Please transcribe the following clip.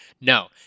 No